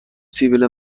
سبیل